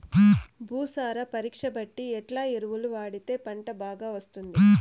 భూసార పరీక్ష బట్టి ఎట్లా ఎరువులు వాడితే పంట బాగా వస్తుంది?